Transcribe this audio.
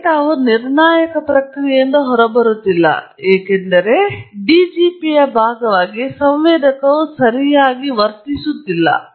ಡೇಟಾವು ನಿರ್ಣಾಯಕ ಪ್ರಕ್ರಿಯೆಯಿಂದ ಹೊರಬರುತ್ತಿಲ್ಲ ಏಕೆಂದರೆ DGP ಯ ಭಾಗವಾಗಿ ಸಂವೇದಕವು ಸರಿಯಾಗಿ ತಿಳಿದುಬಂದಿಲ್ಲ